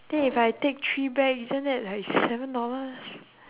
then if I take three back isn't that like seven dollars